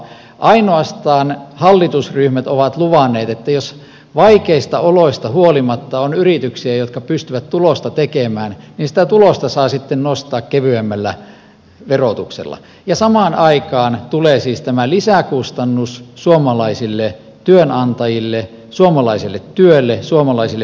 ainoastaan hallitusryhmät ovat luvanneet että jos vaikeista oloista huolimatta on yrityksiä jotka pystyvät tulosta tekemään niin sitä tulosta saa sitten nostaa kevyemmällä verotuksella ja samaan aikaan tulee siis tämä lisäkustannus suomalaisille työnantajille suomalaiselle työlle suomalaisille pienyrittäjille